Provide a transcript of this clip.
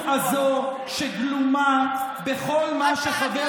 מכיוון שהציבור